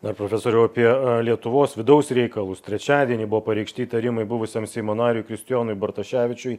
na profesoriau apie a lietuvos vidaus reikalus trečiadienį buvo pareikšti įtarimai buvusiam seimo nariui kristijonui bartoševičiui